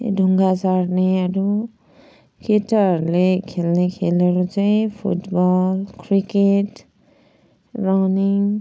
ढुङ्गा सार्नेहरू केटाहरूले खेल्ने खेलहरू चाहिँ फुटबल क्रिकेट रनिङ